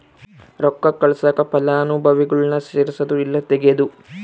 ರೊಕ್ಕ ಕಳ್ಸಾಕ ಫಲಾನುಭವಿಗುಳ್ನ ಸೇರ್ಸದು ಇಲ್ಲಾ ತೆಗೇದು